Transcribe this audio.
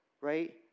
right